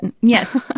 Yes